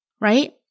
right